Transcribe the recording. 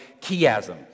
chiasm